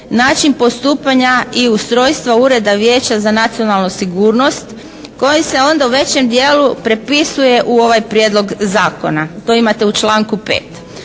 način postupanja i ustrojstva Ureda Vijeća za nacionalnu sigurnost koji se onda u većem dijelu prepisuje u ovaj prijedlog zakona. To imate u članku 5.